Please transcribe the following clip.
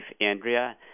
Andrea